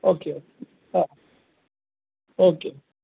okay okay हा okay